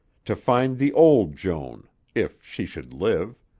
to find the old joan if she should live.